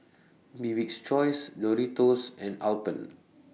Bibik's Choice Doritos and Alpen